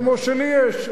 כמו שלי יש,